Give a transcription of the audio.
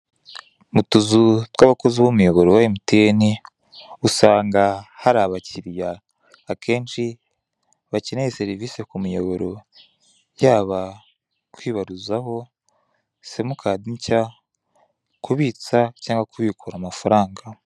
Mu tuzu tw'abakozi b'umuyoboro wa emutiyene usanga hari abakiriya akenshi bakeneye serivise k'umuyobora, yaba kwibaruzaho simukadi nshya, kubitsa cyangwa kubikura amafaranga.